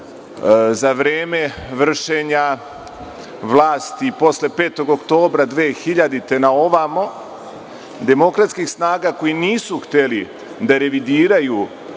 za vreme vršenja vlasti posle 5. oktobra 2000. godine na ovamo demokratskih snaga koji nisu hteli da revidiraju